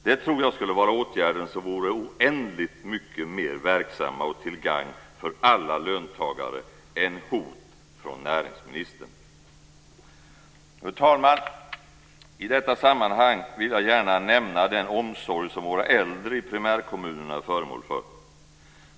Det tror jag skulle vara åtgärder som vore oändligt mycket mer verksamma och till gagn för alla löntagare än hot från näringsministern. Fru talman! I detta sammanhang vill jag gärna nämna den omsorg som våra äldre i primärkommunerna är föremål för.